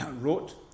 wrote